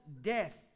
death